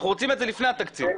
אנחנו רוצים את זה לפני התקציב.